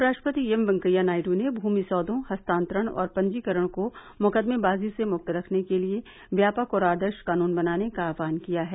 उपराष्ट्रपति एम वेंकैया नायडू ने भूमि सौदों हस्तांतरण और पंजीकरण को मुकदमेबाजी से मुक्त रखने के लिए व्यापक और आदर्श कानून बनाने का आह्वान किया है